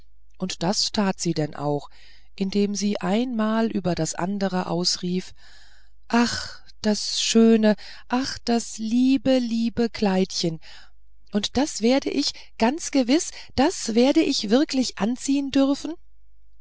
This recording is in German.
und das tat sie denn auch indem sie ein mal über das andere ausrief ach das schöne ach das liebe liebe kleidchen und das werde ich ganz gewiß das werde ich wirklich anziehen dürfen